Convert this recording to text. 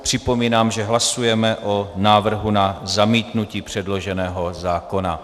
Připomínám, že hlasujeme o návrhu na zamítnutí předloženého zákona.